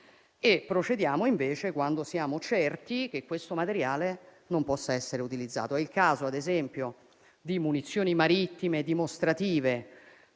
lo facciamo quando siamo certi che il materiale non possa essere utilizzato. È il caso, ad esempio, di munizioni marittime dimostrative